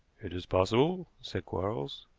it is possible, said quarles.